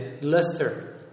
luster